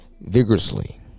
vigorously